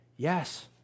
Yes